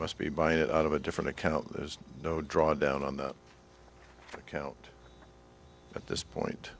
must be buying it out of a different account there's no draw down on the account at this point